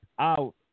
out